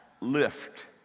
lift